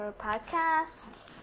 podcast